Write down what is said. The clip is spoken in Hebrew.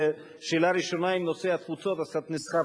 זו השאלה הראשונה בנושא התפוצות אז קצת נסחפתי,